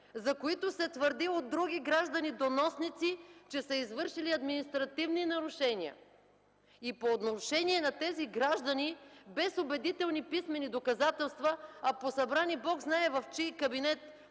за които се твърди от други граждани-доносници, че са извършили административни нарушения и по отношение на тези граждани, без убедителни писмени доказателства, а по събрани Бог знае в чий кабинет